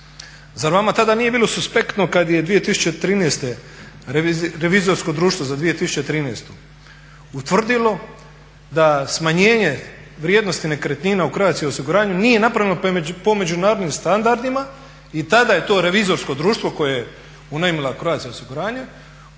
Zar vama tada nije bilo suspektno kad je 2013. revizorsko društvo za 2013. utvrdilo da smanjenje vrijednosti nekretnina u Croatia osiguranju nije napravljeno po međunarodnim standardima. I tada je to revizorsko društvo koje je unajmila Croatia osiguranje